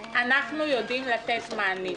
אנחנו יודעים לתת מענה.